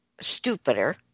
stupider